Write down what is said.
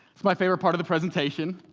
it's my favorite part of the presentation.